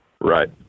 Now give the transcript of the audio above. Right